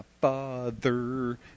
father